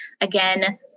Again